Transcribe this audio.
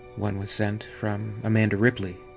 one was sent from amanda ripley.